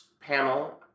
panel